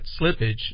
slippage